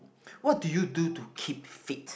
what do you do to keep fit